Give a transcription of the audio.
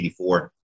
84